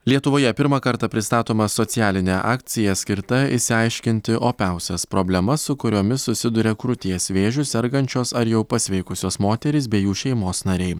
lietuvoje pirmą kartą pristatoma socialinė akcija skirta išsiaiškinti opiausias problemas su kuriomis susiduria krūties vėžiu sergančios ar jau pasveikusios moterys bei jų šeimos nariai